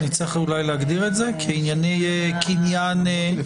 אז נצטרך אולי להגדיר את זה כענייני קניין --- אלעזר שטרן,